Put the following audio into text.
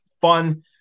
fun